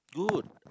good